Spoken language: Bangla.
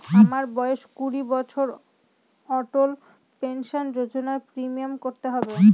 আমার বয়স কুড়ি বছর অটল পেনসন যোজনার প্রিমিয়াম কত হবে?